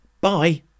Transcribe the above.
Bye